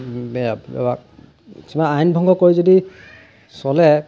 কিছুমান আইন ভংগ কৰি যদি চলে